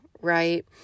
Right